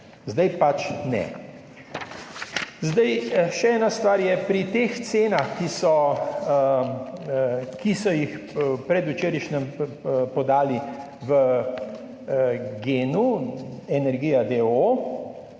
Zdaj pač ne. Še ena stvar je. Pri teh cenah, ki so jih predvčerajšnjim podali v Gen energiji,